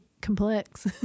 complex